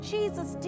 Jesus